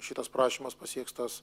šitas prašymas pasieks tas